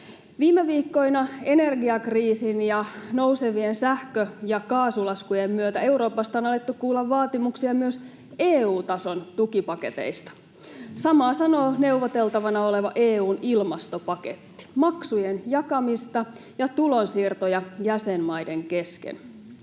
Viime viikkoina energiakriisin ja nousevien sähkö- ja kaasulaskujen myötä Euroopasta on alettu kuulla vaatimuksia myös EU-tason tukipaketeista. Samaa sanoo neuvoteltavana oleva EU:n ilmastopaketti — maksujen jakamista ja tulonsiirtoja jäsenmaiden kesken.